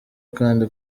kandi